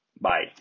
Bye